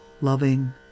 loving